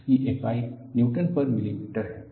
इसकी इकाइ न्यूटन पर मिलीमीटर है